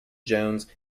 jones